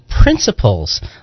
principles